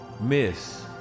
Miss